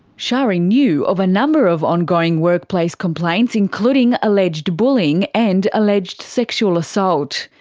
shari knew of a number of ongoing workplace complaints including alleged bullying and alleged sexual assault.